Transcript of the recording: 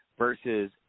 versus